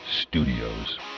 Studios